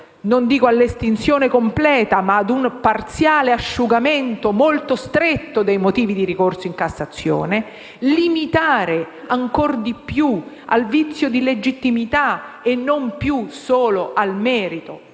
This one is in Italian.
non dico all'estinzione completa, ma ad un parziale asciugamento - molto stretto - dei motivi di ricorso in Cassazione e limitare ancor di più al vizio di legittimità tranne casi